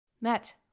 met